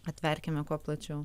atverkime kuo plačiau